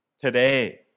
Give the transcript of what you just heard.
today